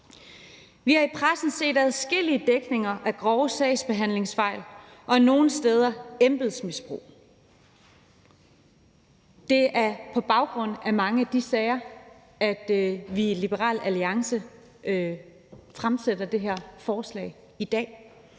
Vi har i pressen set afdækning af adskillige grove sagsbehandlingsfejl og nogle steder embedsmisbrug. Det er på baggrund af mange af de sager, vi i Liberal Alliance har fremsat det her forslag, vi